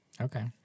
Okay